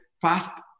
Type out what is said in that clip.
fast